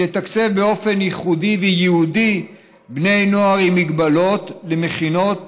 לתקצב באופן ייחודי וייעודי בני נוער עם מגבלות במכינות